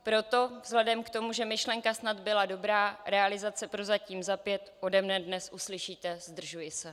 Proto vzhledem k tomu, že myšlenka snad byla dobrá, realizace prozatím za pět, ode mne dnes uslyšíte: zdržuji se.